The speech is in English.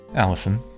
Allison